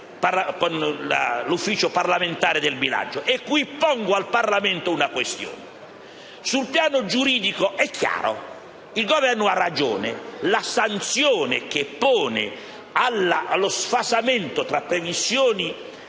l'Ufficio parlamentare di bilancio. E qui pongo al Parlamento una questione: sul piano giuridico è chiaro che il Governo ha ragione: la sanzione che pone allo sfasamento tra previsioni